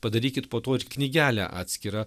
padarykit po to ir knygelę atskirą